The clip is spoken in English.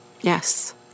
Yes